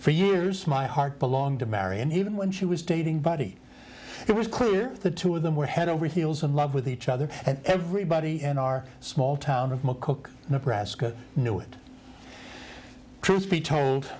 for years my heart belonged to mary and even when she was dating buddy it was clear the two of them were head over heels in love with each other and everybody in our small town mccook nebraska knew it truth be told